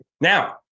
Now